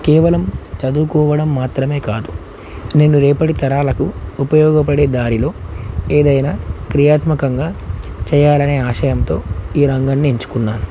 కేవలం చదువుకోవడం మాత్రమే కాదు నేను రేపటి తరాలకు ఉపయోగపడే దారిలో ఏదైనా క్రియాత్మకంగా చేయాలనే ఆశయంతో ఈ రంగాన్ని ఎంచుకున్నాను